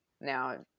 Now